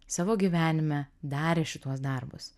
savo gyvenime darė šituos darbus